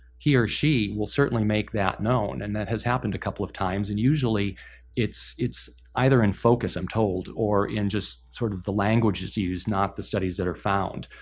he or she will certainly make that known, and that has happened a couple of times, and usually it's it's either in focus i'm told, or in just sort of the language is used, not the studies that are found.